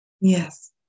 Yes